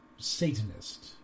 Satanist